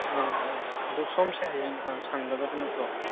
ꯑꯣ ꯑꯗꯨ ꯁꯣꯝꯁꯦ ꯍꯌꯦꯡ ꯁꯪꯒꯗꯕ ꯅꯠꯇ꯭ꯔꯣ